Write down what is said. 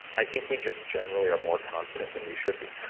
i think we just generally are more confident than we should be.